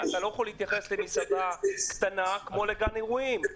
אתה לא יכול להתייחס למסעדה קטנה כמו לגן אירועים.